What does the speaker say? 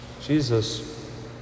Jesus